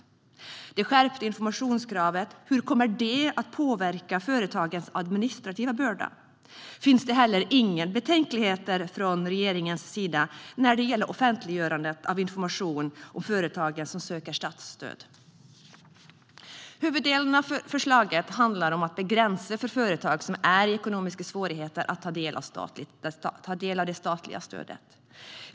Hur kommer det skärpta informationskravet att påverka företagens administrativa börda? Finns det heller inga betänkligheter från regeringens sida när det gäller offentliggörande av information om de företag som söker statsstöd? Huvuddelen av förslaget handlar om att begränsa för företag som är i ekonomiska svårigheter när det gäller att ta del av det statliga stödet.